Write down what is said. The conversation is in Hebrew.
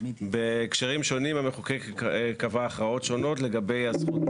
בהקשרים שונים המחוקק קבע הכרעות שונות לגבי הזכות